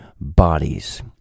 bodies